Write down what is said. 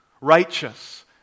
righteous